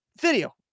video